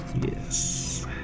Yes